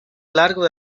largo